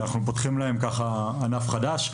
ואנחנו פותחים להם ענף חדש.